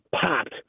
popped